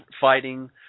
fighting